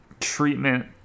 treatment